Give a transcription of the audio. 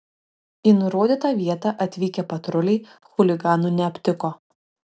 į nurodytą vietą atvykę patruliai chuliganų neaptiko